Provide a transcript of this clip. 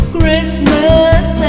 Christmas